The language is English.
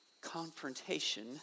confrontation